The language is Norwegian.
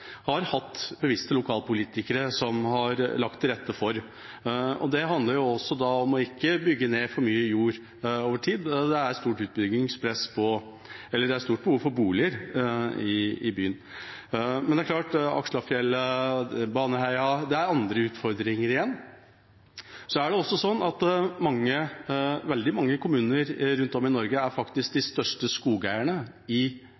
har store områder. Men det er også en langsiktig forvaltning som bevisste lokalpolitikere har lagt til rette for. Det handler også om ikke å bygge ned for mye jord over tid. Det er stort utbyggingspress – det er stort behov for boliger i byen. Men det er klart at Akslafjellet og Baneheia har andre utfordringer igjen. Så er det også sånn at veldig mange kommuner rundt om i Norge faktisk er de største skogeierne i